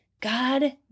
God